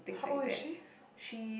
or things like that she's